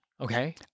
Okay